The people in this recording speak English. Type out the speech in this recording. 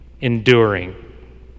enduring